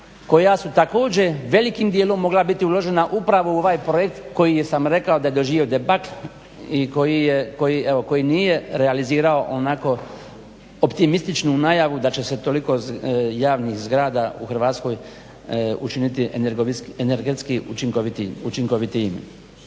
koja su također velikim dijelom mogla biti uložena upravo u ovaj projekt koji sam rekao da je doživio debakl i koji je, koji evo nije realizirao onako optimističnu najavu da će se toliko javnih zgrada u Hrvatskoj učiniti energetski učinkovitijim.